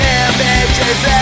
images